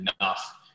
enough